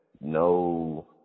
no